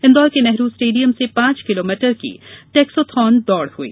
इंदौर के नेहरू स्टेडियम से पांच किलोमीटर की टैक्सोथान दौड़ हुई